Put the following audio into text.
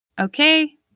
Okay